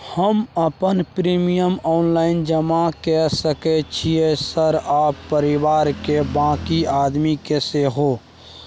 हम अपन premium online जमा के सके छियै सर आ परिवार के बाँकी आदमी के सेहो?